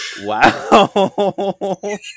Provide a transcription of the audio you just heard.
Wow